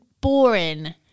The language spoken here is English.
boring